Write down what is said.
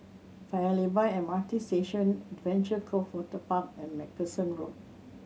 Paya Lebar M R T Station Adventure Cove Waterpark and Macpherson Road